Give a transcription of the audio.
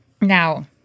Now